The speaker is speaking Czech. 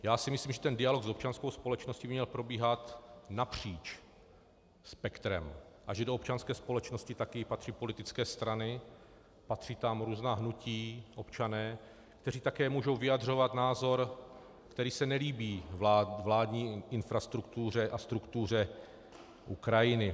Já si myslím, že dialog s občanskou společností by měl probíhat napříč spektrem a že do občanské společnosti taky patří politické strany, patří tam různá hnutí, občané, kteří také mohou vyjadřovat názor, který se nelíbí vládní infrastruktuře a struktuře Ukrajiny.